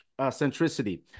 centricity